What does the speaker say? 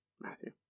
Matthew